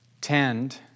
tend